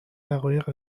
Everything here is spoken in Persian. دقایق